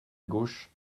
gauche